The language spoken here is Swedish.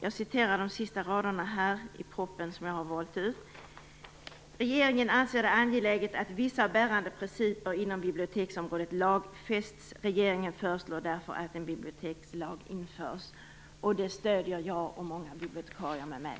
Jag citerar de sista raderna i propositionen: "Regeringen anser det angeläget att vissa bärande principer inom biblioteksområdet lagfästs. Regeringen föreslår därför att en bibliotekslag införs." Detta stöder jag och många bibliotekarier med mig.